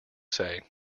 say